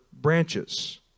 branches